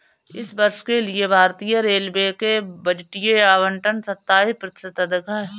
इस वर्ष के लिए भारतीय रेलवे के लिए बजटीय आवंटन सत्ताईस प्रतिशत अधिक है